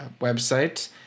website